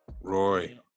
Roy